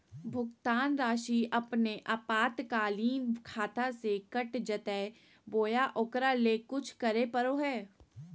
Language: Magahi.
भुक्तान रासि अपने आपातकालीन खाता से कट जैतैय बोया ओकरा ले कुछ करे परो है?